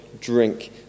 drink